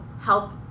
help